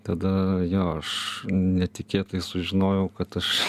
tada jo aš netikėtai sužinojau kad aš